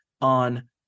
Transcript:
on